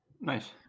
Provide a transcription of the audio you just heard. Nice